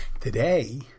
Today